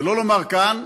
שלא לומר כאן,